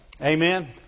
Amen